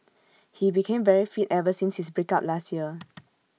he became very fit ever since his break up last year